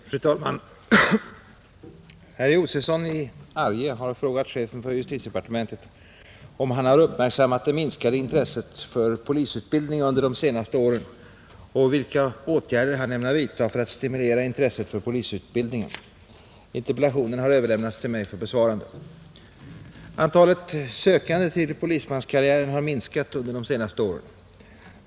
Fru talman! Herr Josefson i Arrie har frågat chefen för justitiedepartementet om han har uppmärksammat det minskade intresset för polisutbildning under de senaste åren och vilka åtgärder han ämnar vidta för att stimulera intresset för polisutbildningen. Interpellationen har överlämnats till mig för besvarande. Antalet sökande till polismanskarriären har minskat under de senaste åren.